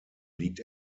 liegt